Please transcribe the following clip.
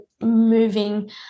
moving